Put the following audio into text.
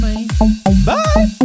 Bye